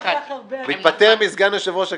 מתפטר מסגנות יושב-ראש הכנסת.